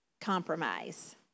compromise